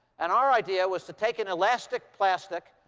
and our idea was to take an elastic plastic,